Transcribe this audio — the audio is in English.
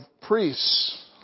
priests